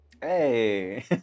Hey